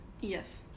Yes